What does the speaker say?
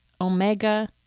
Omega